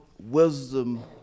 Wisdom